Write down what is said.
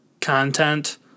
content